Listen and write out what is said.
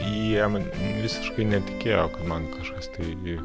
jie man visiškai netikėjo kad man kažkas tai